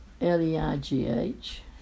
L-E-I-G-H